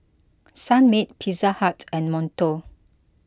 Sunmaid Pizza Hut and Monto